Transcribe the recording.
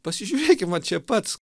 pasižiūrėki va čia pats